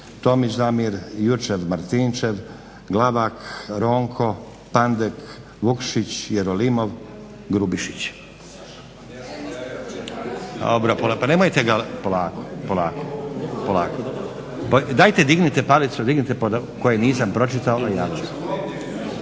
Tomić Damir, Juričev-Martinčev, Glavak, Ronko, Pandek, Vukšić, Jerolimov, Grubišić.